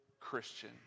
Christian